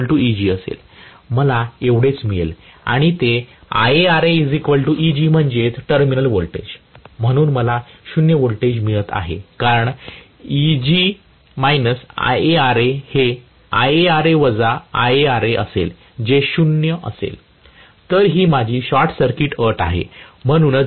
मला एवढेच मिळेल आणि ते IaRaEg म्हणजेच टर्मिनल व्होल्टेज म्हणून मला 0 व्होल्टेज मिळत आहे कारण Eg IaRa हे IaRa वजा IaRa असेल जे 0 V असेल तर ही माझी शॉर्ट सर्किट अट आहे